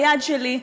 ביד שלי,